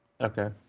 okay